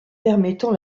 permettant